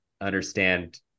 understand